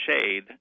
shade